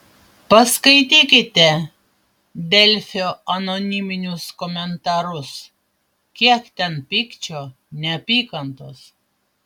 paskaitykite delfio anoniminius komentarus kiek ten pykčio neapykantos